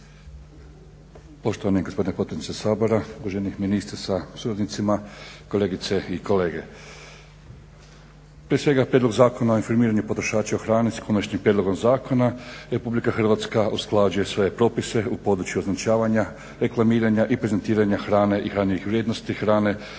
hrani s konačnim prijedlogom zakona RH usklađuje svoje propise u području označavanje, reklamiranja i prezentiranja hrane i hranjivih vrijednosti hrane